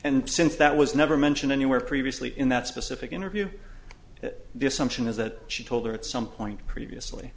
and since that was never mentioned anywhere previously in that specific interview the assumption is that she told her at some point previously